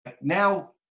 now